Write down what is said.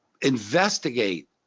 investigate